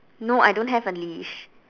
no I don't have a leash